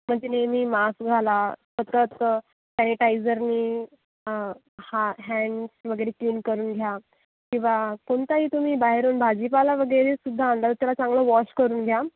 म्हणजे नेहमी मास्क घाला सतत सॅनिटायझरनी हात हॅन्ड वगैरे क्लीन करून घ्या किंवा कोणताही तुम्ही बाहेरून भाजीपाला वगैरे सुद्धा आणला तर चांगला वॉश करून घ्या